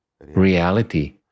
reality